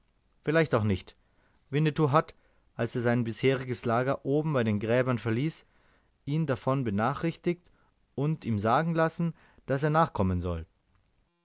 vielleicht auch nicht winnetou hat als er sein bisheriges lager oben bei den gräbern verließ ihn davon benachrichtigt und ihm sagen lassen daß er nachkommen soll